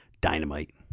Dynamite